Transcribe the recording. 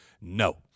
no